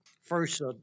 First